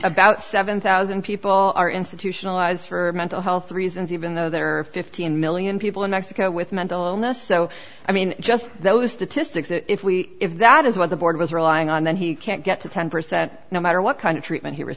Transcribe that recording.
about seven thousand people are institutionalized for mental health reasons even though there are fifteen million people in mexico with mental illness so i mean just those statistics if we if that is what the board was relying on then he can't get to ten percent no matter what kind of treatment he re